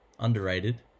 Underrated